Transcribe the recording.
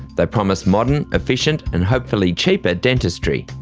they promise modern, efficient and hopefully cheaper dentistry.